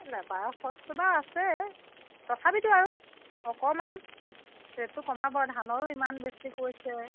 অ লেবাৰৰ খৰচটো বাৰু আছে তথাপিতো আৰু অকণমান ৰেটটো কমাব ধানৰো ইমান বেছি কৈছে